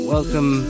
Welcome